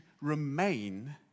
remain